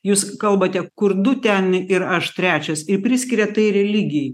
jūs kalbate kur du ten ir aš trečias ir priskiriat tai religijai